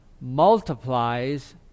multiplies